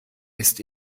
ist